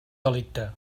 delicte